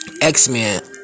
X-Men